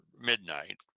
midnight